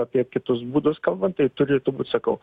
apie kitus būdus kalbant tai turėtų būt sakau